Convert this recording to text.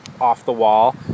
off-the-wall